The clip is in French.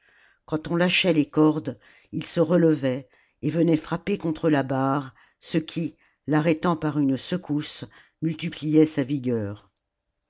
quand on lâchait les cordes il se relevait et venait frapper contre la barre ce qui l'arrêtant par une secousse multipliait sa vigueur